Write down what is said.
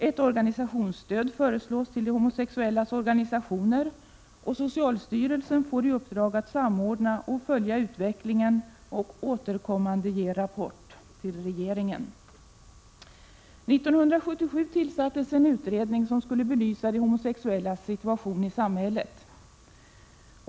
Ett organisationsstöd föreslås till de homosexuellas organisationer och socialstyrelsen får i uppdrag att samordna och följa utvecklingen och återkommande ge rapport till regeringen. 1977 tillsattes en utredning som skulle belysa de homosexuellas situation i samhället.